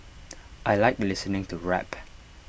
I Like listening to rap